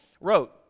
wrote